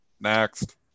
Next